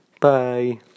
Bye